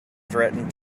threatened